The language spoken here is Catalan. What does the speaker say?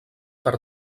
per